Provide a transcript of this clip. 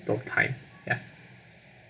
no time ya